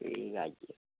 ठीक ऐ आई जाएओ